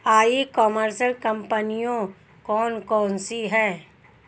ई commerce कंपनियाँ कौन कौन सी हैं?